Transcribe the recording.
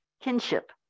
kinship